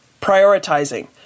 prioritizing